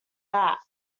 that